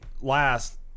last